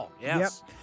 Yes